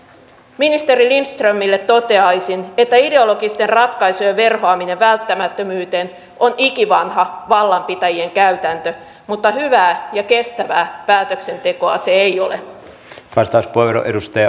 ministeri lindströmille toteaisin että ideologisten ratkaisujen verhoaminen välttämättömyyteen on ikivanha vallanpitäjien käytäntö mutta hyvää ja kestävää päätöksentekoa se ei ole